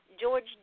George